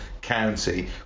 county